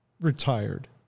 retired